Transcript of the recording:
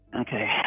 okay